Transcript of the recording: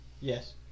Yes